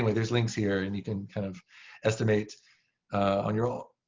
there's links here, and you can kind of estimate on your own,